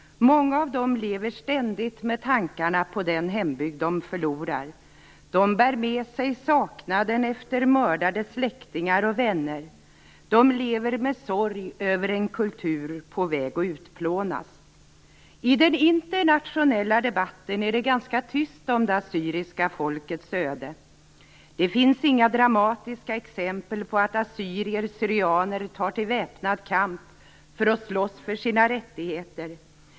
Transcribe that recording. Många av dem lever ständigt med tankarna på den hembygd de förlorat. De bär med sig saknaden efter mördade släktingar och vänner. De lever med sorg över en kultur på väg att upplånas. I den internationella debatten är det ganska tyst om det assyriska folkets öde. Det finns inga dramatiska exempel på att assyrier/syrianer tagit till väpnad kamp för att slåss för sina rättigheter.